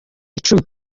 icumu